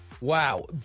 Wow